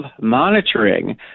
monitoring